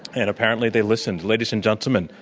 and apparently they listened. ladies and gentlemen,